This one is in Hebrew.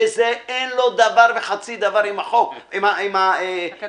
ואין לזה דבר וחצי דבר עם התקנות.